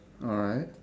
alright